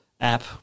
app